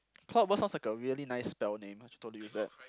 cloudburst sounds like a really nice spell name I should totally use that